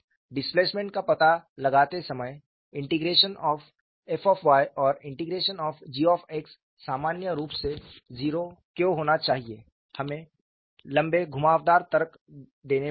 displacement का पता लगाते समयf और G सामान्य रूप से 0 क्यों होना चाहिए हमें लंबे घुमावदार तर्क देने पड़े